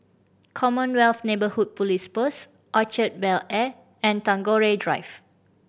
Commonwealth Neighbourhood Police Post Orchard Bel Air and Tagore Drive